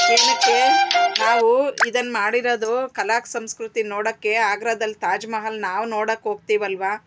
ಏನಕ್ಕೇ ನಾವು ಇದನ್ನು ಮಾಡಿರೋದು ಕಲಾ ಸಂಸ್ಕೃತಿನ್ ನೋಡೋಕ್ಕೇ ಆಗ್ರಾದಲ್ ತಾಜ್ಮಹಲ್ ನಾವು ನೋಡೊಕೆ ಹೋಗ್ತಿವಲ್ವಾ